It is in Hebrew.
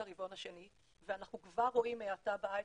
הרבעון השני ואנחנו כבר רואים האטה בהייטק.